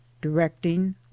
directing